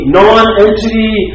non-entity